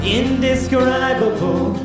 indescribable